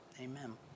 amen